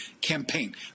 campaign